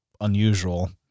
unusual